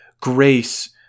grace